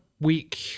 week